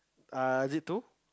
uh is it two